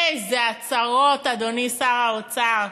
איזה הצהרות, אדוני שר האוצר.